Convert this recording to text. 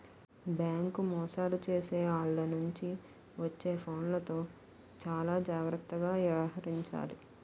bank మోసాలు చేసే ఆల్ల నుంచి వచ్చే ఫోన్లతో చానా జాగర్తగా యవహరించాలి